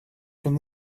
from